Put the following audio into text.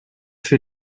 für